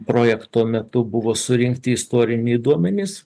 projekto metu buvo surinkti istoriniai duomenys